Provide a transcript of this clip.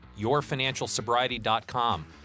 yourfinancialsobriety.com